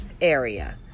area